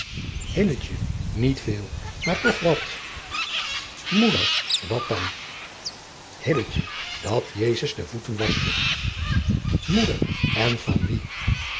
niet veel maar toch wat moeder wel wat dan hill dat jezus de voeten waschte moeder en van